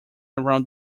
around